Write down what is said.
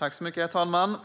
Herr talman!